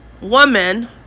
woman